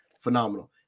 Phenomenal